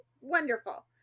wonderful